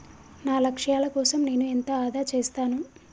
నా లక్ష్యాల కోసం నేను ఎంత ఆదా చేస్తాను?